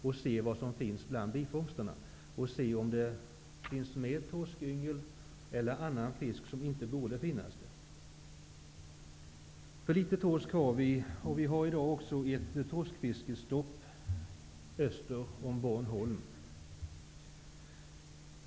Man skall ta reda på om det i dessa finns med torskyngel och annan fisk som inte borde finnas där. Vi har för litet torsk, och för närvarande råder ett torskfiskestopp öster om Bornholm.